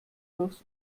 durchs